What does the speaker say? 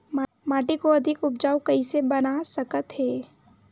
माटी को अधिक उपजाऊ कइसे बना सकत हे?